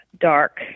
Dark